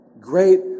Great